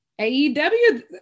AEW